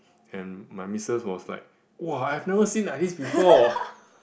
and my missus was like [wah] I have never seen like this before